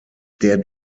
der